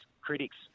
critics